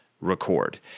record